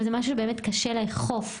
אבל זה משהו שבאמת קשה לאכוף.